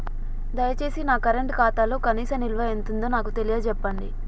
దయచేసి నా కరెంట్ ఖాతాలో కనీస నిల్వ ఎంతుందో నాకు తెలియచెప్పండి